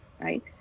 right